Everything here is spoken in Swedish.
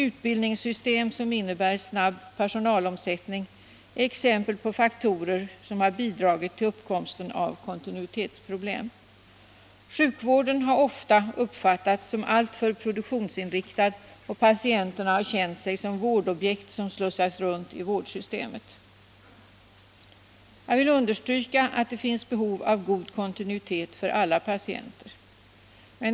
utbildningssystem som innebär snabb personalomsättning är exempel på faktorer som bidragit till uppkomsten av kontinuitetsproblem. Sjukvården har ofta uppfattats såsom alltför produktionsinriktad, och patienterna har känt sig som vårdobjekt som slussas runt i vårdsystemet. Jag vill understryka att det finns behov av god kontinuitet för alla patienter.